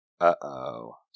Uh-oh